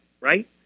right